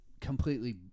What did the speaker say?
completely